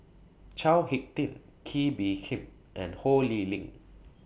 Chao Hick Tin Kee Bee Khim and Ho Lee Ling